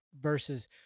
versus